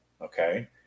okay